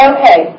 Okay